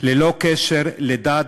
ללא קשר לדת,